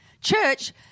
church